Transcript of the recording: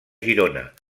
girona